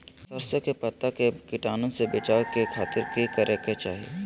सरसों के पत्ता के कीटाणु से बचावे खातिर की करे के चाही?